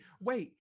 wait